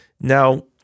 Now